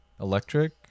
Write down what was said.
Electric